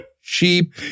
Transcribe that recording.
Sheep